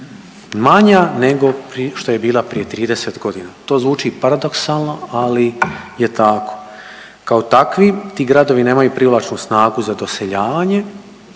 manja nego što je bila prije 30 godina. To zvuči paradoksalno, ali je tako. Kao takvi, ti gradovi nemaju privlačnu snagu za doseljavanje